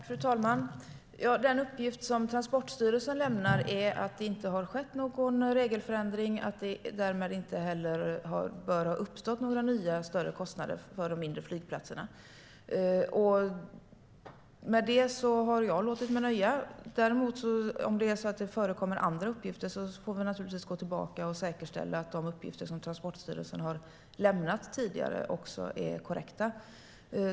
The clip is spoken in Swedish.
Fru talman! Den uppgift som Transportstyrelsen lämnar är att det inte har skett någon regelförändring och att det därmed inte heller bör ha uppstått några nya större kostnader för de mindre flygplatserna. Med det har jag låtit mig nöja. Men om det förekommer andra uppgifter får vi naturligtvis gå tillbaka och säkerställa att de uppgifter som Transportstyrelsen tidigare lämnat är korrekta.